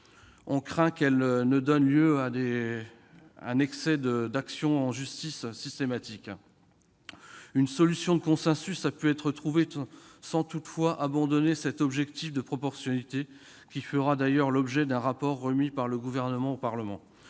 ont craint qu'elle ne débouche systématiquement sur des actions en justice. Une solution de consensus a pu être trouvée, sans toutefois abandonner cet objectif de proportionnalité qui fera d'ailleurs l'objet d'un rapport remis par le Gouvernement au Parlement.